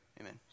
Amen